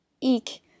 Eek